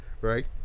Right